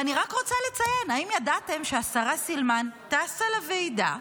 ואני רק רוצה לציין: האם ידעתם שהשרה סילמן טסה לוועידה,